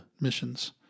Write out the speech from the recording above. missions